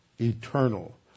eternal